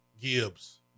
Gibbs